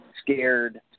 scared